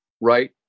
right